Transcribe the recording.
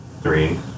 three